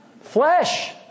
Flesh